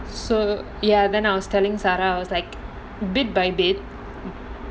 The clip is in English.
so ya then I was telling sara was like bit by bit